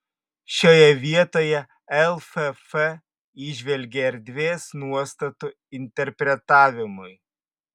šioje vietoje lff įžvelgė erdvės nuostatų interpretavimui